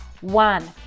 One